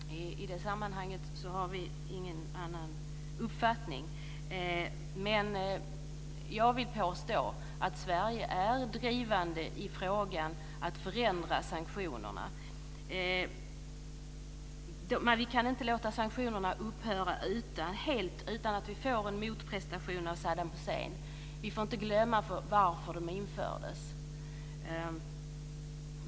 Fru talman! I detta sammanhang har vi ingen annan uppfattning. Men jag vill påstå att Sverige är drivande i frågan att förändra sanktionerna. Men vi kan inte låta sanktionerna upphöra helt utan att vi får en motprestation av Saddam Hussein. Vi får inte glömma varför de infördes.